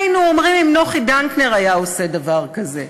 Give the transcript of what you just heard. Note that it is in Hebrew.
מה היינו אומרים אם נוחי דנקנר היה עושה דבר כזה?